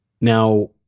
Now